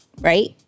right